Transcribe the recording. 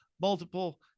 multiple